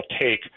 take